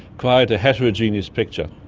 quite a heterogeneous picture.